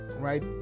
right